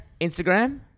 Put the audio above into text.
Instagram